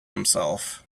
himself